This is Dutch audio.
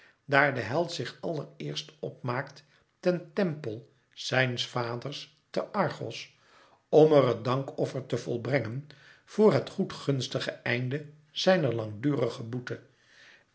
daar de held zich allereerst op maakt ten tempel zijns vaders te argos om er het dankoffer te volbrengen voor het goedgunstige einde zijner langdurige boete